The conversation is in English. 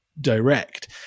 direct